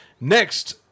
Next